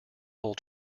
whole